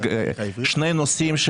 שני נושאים,